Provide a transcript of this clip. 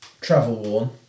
travel-worn